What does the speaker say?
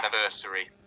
anniversary